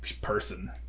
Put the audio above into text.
person